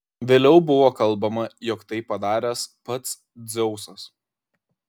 vėliau buvo kalbama jog tai padaręs pats dzeusas